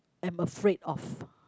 am afraid of